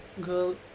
girl